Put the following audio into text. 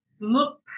look